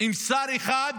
אם שר אחד